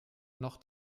noch